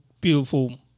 beautiful